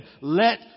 let